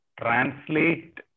translate